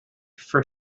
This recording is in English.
for